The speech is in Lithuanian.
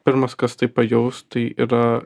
pirmas kas tai pajaus tai yra